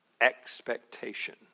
expectation